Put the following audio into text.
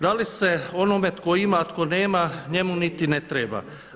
Da li se onome tko ima a tko nema, njemu niti ne treba.